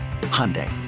Hyundai